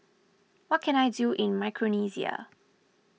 what can I do in Micronesia